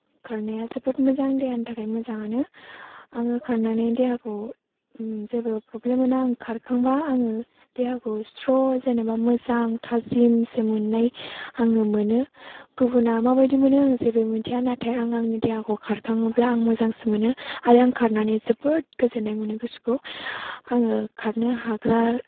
खारनाया जोबोद मोजां देहानि थाखाय मोजाङानो आङो खारनानै देहाखौ जेबो प्रब्लेम मोना आं खारखांबा आङो देहाखौ स्र जेन'बा मोजां थाजिमसो मोन्नाय आङो मोनो गुबुना माबायदि मोनो आं जेबो मोनथिया नाथाइ आं आंनि देहाखौ खारखाङोब्ला मोजांसो मोनो आरो आं खारनानै जोबोद गोजोन्नाय मोनो गोसोखौ आङो खारनो हाग्रा